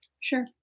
Sure